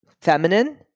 feminine